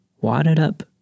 wadded-up